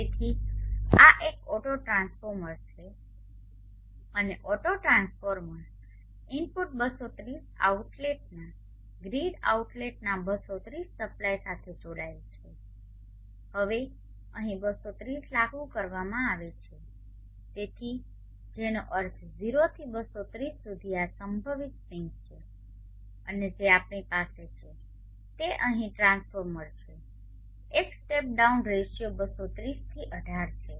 તેથી આ એક ઓટોટ્રાન્સફોર્મર છે અને ઓટોટ્રાન્સફોર્મર ઇનપુટ 230 આઉટલેટના ગ્રીડ આઉટલેટના 230 સપ્લાય સાથે જોડાયેલ છે હવે અહીં અહીં 230 લાગુ કરવામાં આવે છે તેથી જેનો અર્થ 0 થી 230 સુધી આ સંભવિત સ્વિંગ છે અને જે આપણી પાસે છે તે અહીં ટ્રાન્સફોર્મર છે એક સ્ટેપ ડાઉન રેશિયો 230 થી 18 છે